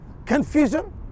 Confusion